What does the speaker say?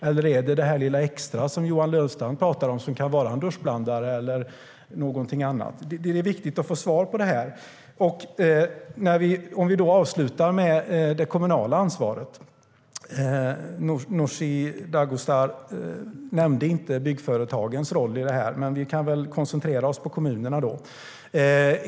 Eller är det det lilla extra som Johan Löfstrand pratar om som kan vara en duschblandare eller någonting annat? Det är viktigt att få svar på detta. Om vi avslutar med det kommunala ansvaret nämnde inte Nooshi Dadgostar byggföretagens roll, men vi kan koncentrera oss på kommunerna då.